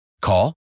Call